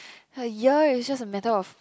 !aiya! is just a matter of